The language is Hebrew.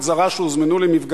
עוד במושב הזה,